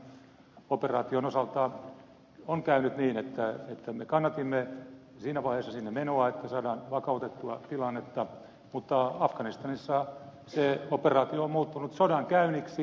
afganistan operaation osalta on käynyt niin että me kannatimme siinä vaiheessa sinne menoa että saadaan vakautettua tilannetta mutta afganistanissa se operaatio on muuttunut sodankäynniksi afgaanikapinallisia vastaan